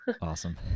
Awesome